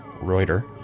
Reuter